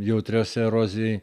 jautrias erozijai